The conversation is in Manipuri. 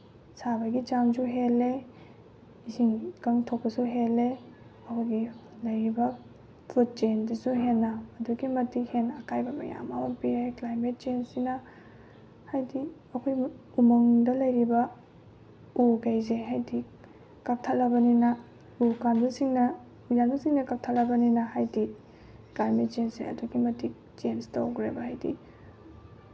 ꯁꯥꯕꯒꯤ ꯆꯥꯡꯁꯨ ꯍꯦꯜꯂꯦ ꯏꯁꯤꯡ ꯏꯀꯪ ꯊꯣꯛꯄꯁꯨ ꯍꯦꯜꯂꯦ ꯑꯩꯈꯣꯏꯒꯤ ꯂꯩꯔꯤꯕ ꯐꯨꯗ ꯆꯦꯟꯗꯁꯨ ꯍꯦꯟꯅ ꯑꯗꯨꯛꯀꯤ ꯃꯇꯤꯛ ꯍꯦꯟꯅ ꯑꯀꯥꯏꯕ ꯃꯌꯥꯝ ꯑꯃ ꯄꯤꯔꯦ ꯀ꯭ꯂꯥꯏꯃꯦꯠ ꯆꯦꯟꯖꯁꯤꯅ ꯍꯥꯏꯗꯤ ꯑꯩꯈꯣꯏ ꯎꯃꯪꯗ ꯂꯩꯔꯤꯕ ꯎꯈꯩꯁꯦ ꯍꯥꯏꯗꯤ ꯀꯛꯊꯠꯂꯕꯅꯤꯅ ꯎ ꯄꯥꯝꯕꯤꯁꯤꯡꯅ ꯎ ꯌꯥꯟꯕꯁꯤꯡꯅ ꯀꯛꯊꯠꯂꯕꯅꯤꯅ ꯍꯥꯏꯗꯤ ꯀ꯭ꯂꯥꯏꯃꯦꯠ ꯆꯦꯟꯖꯁꯦ ꯑꯗꯨꯛꯀꯤ ꯃꯇꯤꯛ ꯆꯦꯟꯖ ꯇꯧꯈ꯭ꯔꯦꯕ ꯍꯥꯏꯗꯤ